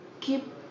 keep